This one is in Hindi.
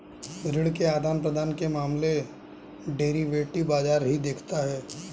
ऋण के आदान प्रदान के मामले डेरिवेटिव बाजार ही देखता है